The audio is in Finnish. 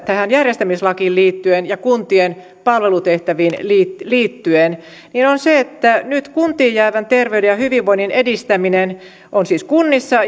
tähän järjestämislakiin ja kuntien palvelutehtäviin liittyen liittyen siitä että nyt kuntiin jäävän terveyden ja hyvinvoinnin edistäminen on siis kunnissa